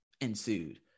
ensued